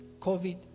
COVID